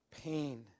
pain